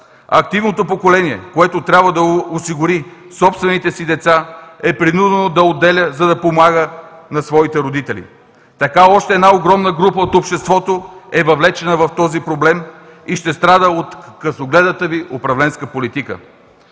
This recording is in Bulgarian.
Активното поколение, което трябва да осигури собствените си деца, е принудено да отделя, за да помага на своите родители. Така още една огромна група от обществото е въвлечена в този проблем и ще страда от късогледата Ви управленска политика.